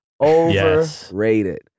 Overrated